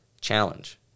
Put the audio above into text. challenge